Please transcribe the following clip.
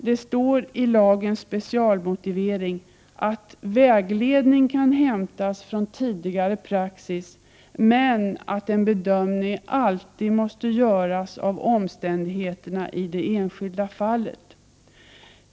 Det står i lagens specialmotivering att vägledning kan hämtas från tidigare praxis men att en bedömning alltid måste göras av omständigheterna i det enskilda fallet.